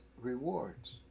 rewards